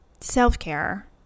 self-care